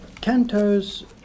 Cantos